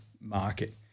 market